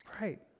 Right